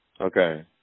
Okay